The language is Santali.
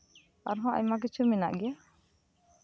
ᱮᱱᱦᱚᱸ ᱟᱭᱢᱟ ᱠᱤᱪᱷᱩ ᱢᱮᱱᱟᱜ ᱜᱮ